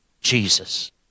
Jesus